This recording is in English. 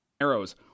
arrows